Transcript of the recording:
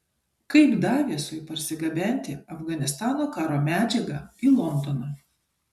kaip daviesui parsigabenti afganistano karo medžiagą į londoną